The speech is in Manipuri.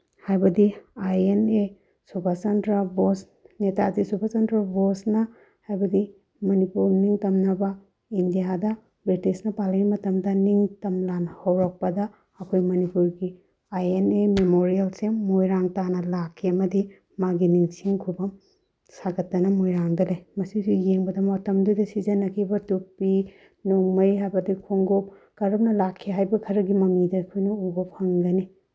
ꯍꯥꯏꯕꯗꯤ I N A Subhashchandra Bose Netaji Subhashchandra ꯕꯣꯁꯅ ꯍꯥꯏꯕꯗꯤ ꯃꯅꯤꯄꯨꯔ ꯅꯤꯡꯇꯝꯅꯕ ꯏꯟꯗꯤꯌꯥꯗ ꯕ꯭ꯔꯤꯇꯤꯁꯅ ꯄꯥꯜꯂꯤꯉꯩ ꯃꯇꯝꯗ ꯅꯤꯡꯇꯝ ꯂꯥꯟ ꯍꯧꯔꯛꯄꯗ ꯑꯩꯈꯣꯏ ꯃꯅꯤꯄꯨꯔꯒꯤ ꯑꯥꯏ ꯑꯦꯟ ꯑꯦ ꯃꯦꯃꯣꯔꯤꯌꯦꯜꯁꯦ ꯃꯣꯏꯔꯥꯡ ꯇꯥꯟꯅ ꯂꯥꯛꯈꯤ ꯑꯃꯗꯤ ꯃꯥꯒꯤ ꯅꯤꯡꯁꯤꯡ ꯈꯨꯕꯝ ꯁꯥꯒꯠꯇꯅ ꯃꯣꯏꯔꯥꯡꯗ ꯂꯩ ꯃꯁꯤꯁꯨ ꯌꯦꯡꯕꯗ ꯃꯇꯝꯗꯨꯗ ꯁꯤꯖꯤꯟꯅꯈꯤꯕ ꯇꯨꯄꯤ ꯅꯣꯡꯃꯩ ꯍꯥꯏꯕꯗꯤ ꯈꯣꯡꯎꯞ ꯀꯔꯝꯅ ꯂꯥꯛꯈꯤ ꯍꯥꯏꯕ ꯈꯔꯒꯤ ꯃꯃꯤꯗ ꯑꯩꯈꯣꯏꯅ ꯎꯕ ꯐꯪꯒꯅꯤ